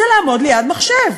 זה לעמוד ליד מחשב.